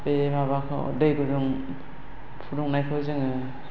बे माबाखौ दै गुदुं फुदुंनायखौ जोंङो